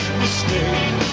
mistake